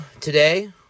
today